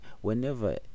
whenever